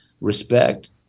respect